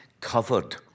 covered